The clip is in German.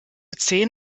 zehn